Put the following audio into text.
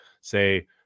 say